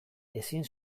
ezin